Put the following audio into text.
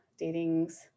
datings